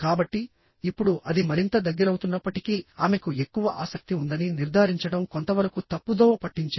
కాబట్టి ఇప్పుడు అది మరింత దగ్గరవుతున్నప్పటికీ ఆమెకు ఎక్కువ ఆసక్తి ఉందని నిర్ధారించడం కొంతవరకు తప్పుదోవ పట్టించేది